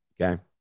Okay